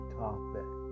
topic